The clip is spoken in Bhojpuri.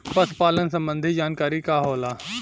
पशु पालन संबंधी जानकारी का होला?